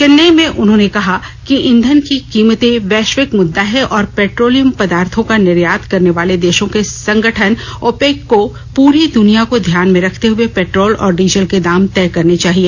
चेन्नई में उन्होंने कहा कि ईंधन की कीमतें वैश्विक मुददा है और पेट्रोलिय पदार्थों का निर्यात करने वाले देशों के संगठन ओपेक को पूरी दनिया को ध्यान में रखते हुए पेट्रोल और ंडीजल के दाम तय करने चाहिए